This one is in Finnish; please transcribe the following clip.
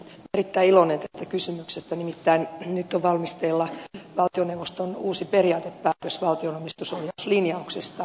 olen erittäin iloinen tästä kysymyksestä nimittäin nyt on valmisteilla valtioneuvoston uusi periaatepäätös valtion omistusohjauslinjauksista